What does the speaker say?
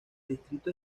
distrito